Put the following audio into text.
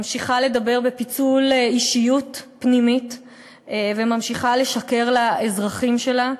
ממשיכה לדבר בפיצול אישיות פנימי וממשיכה לשקר לאזרחים שלה,